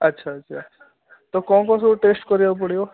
ଆଚ୍ଛା ଆଚ୍ଛା ତ କ'ଣ କ'ଣ ସବୁ ଟେଷ୍ଟ କରିବାକୁ ପଡ଼ିବ